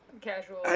casual